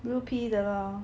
blue pea 的啦